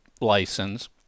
license